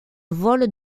vole